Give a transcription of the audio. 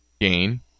gain